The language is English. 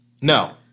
no